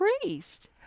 priest